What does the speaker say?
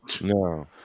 No